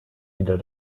wieder